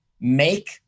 make